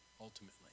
ultimately